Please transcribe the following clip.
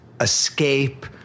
escape